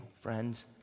friends